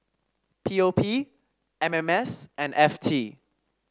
P O P M M S and F T